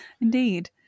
Indeed